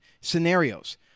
scenarios